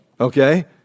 okay